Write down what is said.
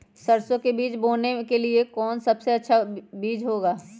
सरसो के बीज बोने के लिए कौन सबसे अच्छा बीज होगा?